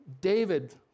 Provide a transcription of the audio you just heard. David